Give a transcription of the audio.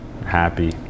happy